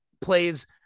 plays